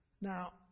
Now